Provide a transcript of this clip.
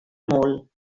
molt